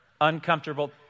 uncomfortable